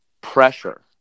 pressure